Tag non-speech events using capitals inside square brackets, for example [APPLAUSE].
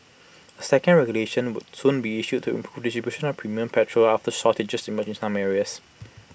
A second regulation would soon be issued to improve [UNINTELLIGIBLE] of premium petrol after shortages emerged in some areas